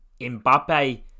Mbappe